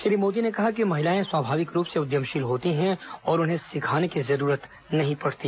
श्री मोदी ने कहा कि महिलाएं स्वभाविक रूप से उद्यमशील होती हैं और उन्हें सिखाने की जरूरत नहीं पड़ती